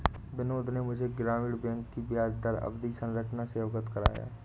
बिनोद ने मुझे ग्रामीण बैंक की ब्याजदर अवधि संरचना से अवगत कराया